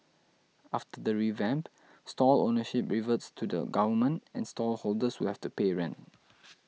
after the revamp stall ownership reverts to the Government and stall holders will have to pay rent